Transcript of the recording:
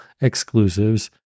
exclusives